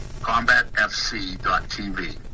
combatfc.tv